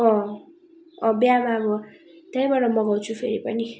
बिहेमा अब त्यहाँबाटै मगाउछु फेरि पनि